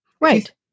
right